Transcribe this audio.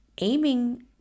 Aiming